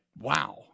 wow